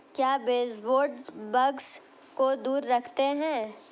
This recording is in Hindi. क्या बेसबोर्ड बग्स को दूर रखते हैं?